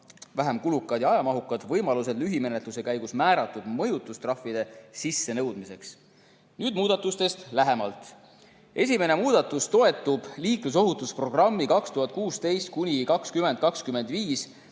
vähem kulukad ja [vähem] ajamahukad võimalused lühimenetluse käigus määratud mõjutustrahvide sissenõudmiseks. Nüüd muudatustest lähemalt. Esimene muudatus toetub "Liiklusohutusprogrammi 2016–2025",